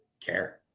care